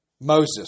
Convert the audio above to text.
Moses